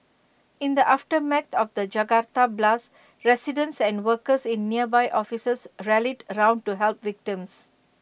in the aftermath of the Jakarta blasts residents and workers in nearby offices rallied round to help victims